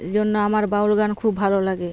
এই জন্য আমার বাউল গান খুব ভালো লাগে